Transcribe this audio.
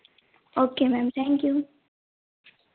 okay ma'am thank you